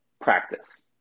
practice